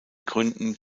gründen